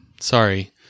Sorry